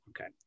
okay